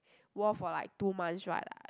wore for like two months right